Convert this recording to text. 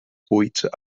buits